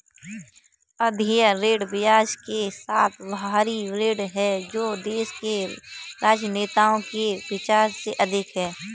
अदेय ऋण ब्याज के साथ बाहरी ऋण है जो देश के राजनेताओं के विचार से अधिक है